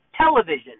television